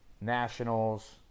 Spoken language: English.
Nationals